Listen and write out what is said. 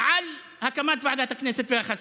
על הקמת ועדת הכנסת והחסינות.